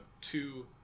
two